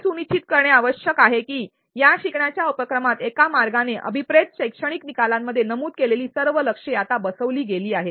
हे सुनिश्चित करणे आवश्यक आहे की या शिकण्याच्या उपक्रमात एका मार्गाने अभिप्रेत शैक्षणिक निकालामध्ये नमूद केलेली सर्व लक्ष्ये आता बसवली गेली आहेत